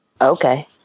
Okay